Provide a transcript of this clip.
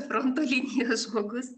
fronto linijos žmogus